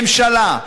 ממשלה,